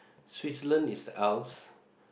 Switzerland is Alps